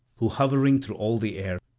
who, hovering through all the air,